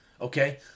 Okay